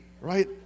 right